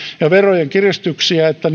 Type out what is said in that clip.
ja verojen kiristyksiä että